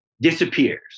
disappears